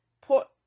put